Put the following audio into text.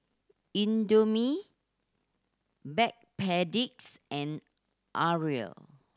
Indomie Backpedic and Arai